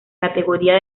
categoría